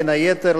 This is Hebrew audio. בין היתר,